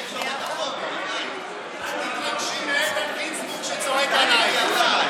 אל תתרגשי מאיתן גינזבורג שצועק עלייך.